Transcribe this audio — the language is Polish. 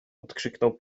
odkrzyknął